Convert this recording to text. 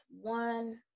one